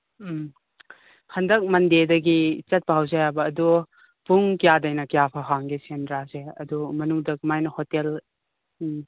ꯎꯝ ꯍꯟꯗꯛ ꯃꯟꯗꯦꯗꯒꯤ ꯆꯠꯄ ꯍꯧꯁꯦ ꯌꯥꯏꯕ ꯑꯗꯨ ꯄꯨꯡ ꯀꯌꯥꯗꯩꯅ ꯀꯌꯥ ꯐꯥꯎ ꯍꯥꯡꯒꯦ ꯁꯦꯟꯗ꯭ꯔꯥꯁꯦ ꯑꯗꯨ ꯃꯅꯨꯡꯗ ꯀꯃꯥꯏꯅ ꯍꯣꯇꯦꯜ ꯎꯝ